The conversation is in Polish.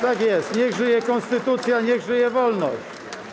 Tak jest, niech żyje konstytucja, niech żyje wolność!